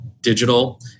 digital